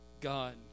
God